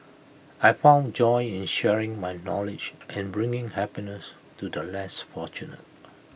I found joy in sharing my knowledge and bringing happiness to the less fortunate